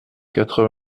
quatre